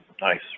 Nice